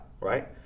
right